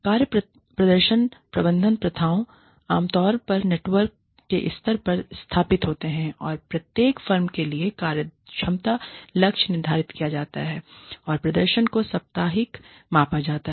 कार्य प्रदर्शन प्रबंधन प्रथाओंआमतौर पर नेटवर्क के स्तर पर स्थापित होते हैं प्रत्येक फर्म के लिए कार्यक्षमता लक्ष्य निर्धारित किया जाता है और प्रदर्शन को साप्ताहिक मापा जाता है